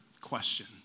question